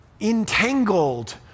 entangled